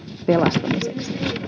pelastamiseksi